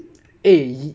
eh